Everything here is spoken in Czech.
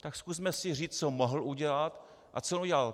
Tak zkusme si říct, co mohl udělat a co udělal.